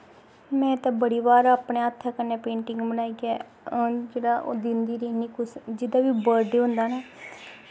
में ते बड़ी बार अपनी आप कन्नै पेंटिंग बनाइयै जेह्ड़ा ओह् दिंदी रौह्नी कुसै दा जेह्दा बी बर्थ डे होंदा ना